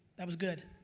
that was good,